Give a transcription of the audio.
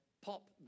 pop